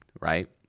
Right